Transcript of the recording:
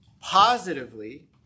positively